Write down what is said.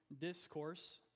discourse